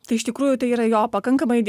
tai iš tikrųjų tai yra jo pakankamai